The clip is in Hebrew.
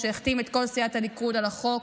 שהחתים את כל סיעת הליכוד על החוק